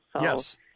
Yes